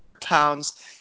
pounds